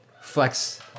flex